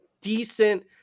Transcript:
decent